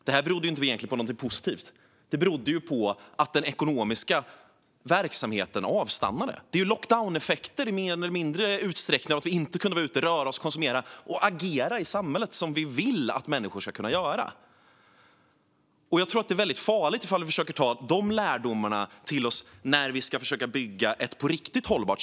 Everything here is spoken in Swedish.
Detta berodde ju inte på någonting positivt, utan det berodde på att den ekonomiska verksamheten avstannade. Det handlade om lockdowneffekter i större eller mindre utsträckning, det vill säga att vi inte kunde vara ute och röra oss, konsumera och agera i samhället - vilket vi vill att människor ska kunna göra. Jag tror att det vore väldigt farligt om man försökte ta de lärdomarna till oss när vi ska försöka bygga ett samhälle som är hållbart på riktigt.